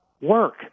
Work